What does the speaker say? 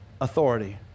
authority